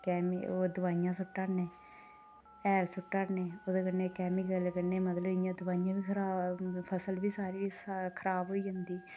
ओह् दोआइयां सु'ट्टै नै हैल सु'ट्टै नै ओह्दे कन्नै कैमिकल मतलब ते एह्दे कन्नै दोआइयां मतलब फसल सारी गै खराब होई जंदी